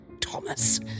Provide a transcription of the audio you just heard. Thomas